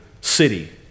city